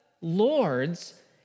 Lord's